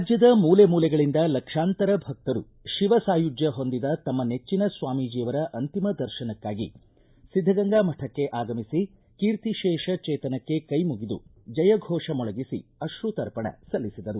ರಾಜ್ಯದ ಮೂಲೆ ಮೂಲೆಗಳಿಂದ ಲಕ್ಷಾಂತರ ಭಕ್ತರು ಶಿವ ಸಾಯುಜ್ಯ ಹೊಂದಿದ ತಮ್ಮ ನೆಚ್ಚಿನ ಸ್ವಾಮೀಜಿಯವರ ಅಂತಿಮ ದರ್ಶನಕ್ಕಾಗಿ ಸಿದ್ಧಗಂಗಾ ಮಠಕ್ಕೆ ಆಗಮಿಸಿ ಕೀರ್ತಿಶೇಷ ಚೇತನಕ್ಕೆ ಕೈಮುಗಿದು ಜಯಘೋಷ ಮೊಳಗಿಸಿ ಅಕ್ರುತರ್ಪಣ ಸಲ್ಲಿಸಿದರು